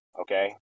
Okay